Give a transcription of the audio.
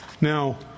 Now